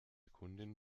kundin